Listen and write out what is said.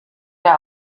der